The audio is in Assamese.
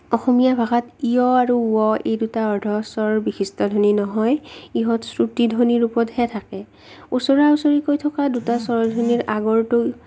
অসমীয়া ভাষাত য় আৰু ৱ এই দুটা অৰ্ধশ্বৰ আৰু বিশিষ্ট ধ্বনি নহয় ইহঁত শ্ৰুতি ধ্বনি ৰূপতহে থাকে ওচৰা ওচৰিকৈ থকা দুটা স্বৰধ্বনিৰ আগৰটো